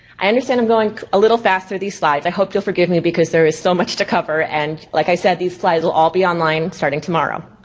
i understand i'm going a little fast through these slides. i hope you'll forgive me because there is so much to cover and like i said, these slides will all be online starting tomorrow.